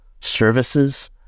services